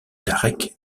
tarek